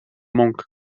monk